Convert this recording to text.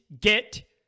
get